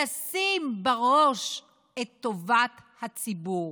ולשים בראש את טובת הציבור.